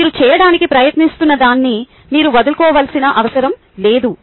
మీరు చేయడానికి ప్రయత్నిస్తున్నదాన్ని మీరు వదులుకోవాల్సిన అవసరం లేదు